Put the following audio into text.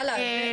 חאלס.